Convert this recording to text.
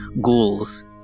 ghouls